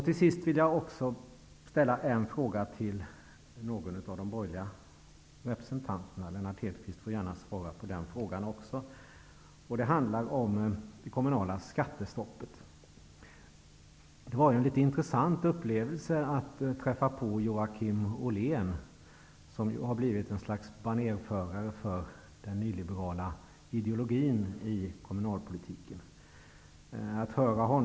Till sist vill jag också ställa ett par frågor till någon av de borgerliga representanterna -- Lennart Hedquist får gärna svara på även den frågan. Min fråga handlar om det kommunala skattestoppet. Det var en intressant upplevelse att träffa på Joakim Ollén, som ju har blivit ett slags banerförare för den nyliberala ideologin i kommunalpolitiken.